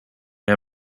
hij